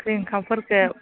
ओंख्रि ओंखामफोरखौ